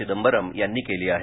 चिदंबरम् यांनी केली आहे